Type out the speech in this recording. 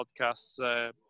podcasts